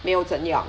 没有这么样